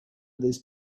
this